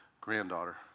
granddaughter